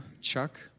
Chuck